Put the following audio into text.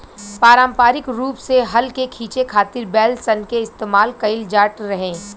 पारम्परिक रूप से हल के खीचे खातिर बैल सन के इस्तेमाल कईल जाट रहे